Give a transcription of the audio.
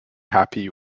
happy